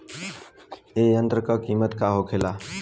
ए यंत्र का कीमत का होखेला?